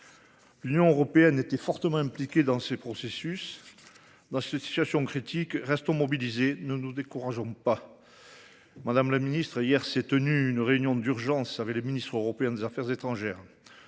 L’Union européenne était fortement impliquée dans ces processus. Malgré cette situation critique, restons mobilisés ; ne nous décourageons pas. Madame la secrétaire d’État, hier s’est tenue une réunion d’urgence des ministres européens des affaires étrangères.